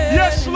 yes